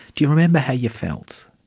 do you remember how you felt?